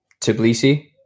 Tbilisi